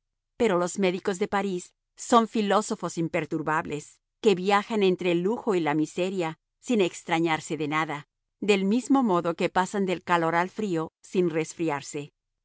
pero los médicos de parís son filósofos imperturbables que viajan entre el lujo y la miseria sin extrañarse de nada del mismo modo que pasan del calor al frío sin resfriarse